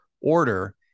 order